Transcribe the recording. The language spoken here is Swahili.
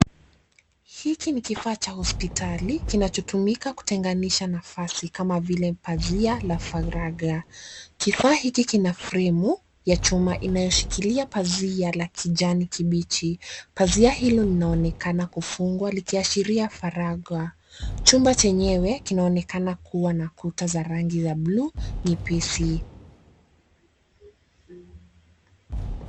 Hiki ni kifaa cha hospitali kinachotumika kutenganisha nafasi kama vile pazia la faraga kifaa hiki kina fremu ya chuma inayoshikilia pazia la kijani kibichi pazia hilo linaonekana kufungwa likiashiria faraga chumba chenyewe kinaonekana kuwa na kuta za rangi ya bluu nyepesi.